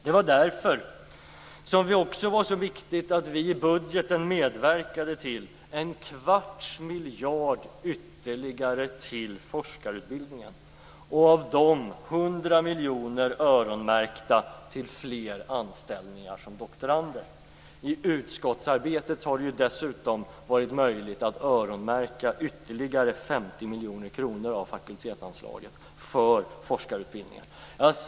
Det var därför det också var så viktigt att vi i budgeten medverkade till ytterligare en kvarts miljard till forskarutbildningen, varav 100 miljoner var öronmärkta för fler anställningar av doktorander. I utskottsarbetet har det dessutom varit möjligt att öronmärka ytterligare 50 miljoner kronor av fakultetsanslagen för forskarutbildningar.